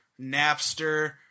Napster